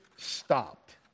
stopped